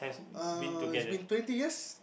uh it's been twenty years